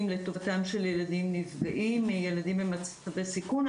לטובתם של ילדים נפגעים וילדים במצבי סיכון,